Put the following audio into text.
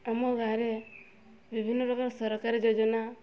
ଆମ ଗାଁରେ ବିଭିନ୍ନ ପ୍ରକାର ସରକାର ଯୋଜନା